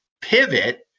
pivot